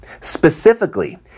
Specifically